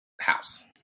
house